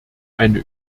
eine